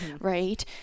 right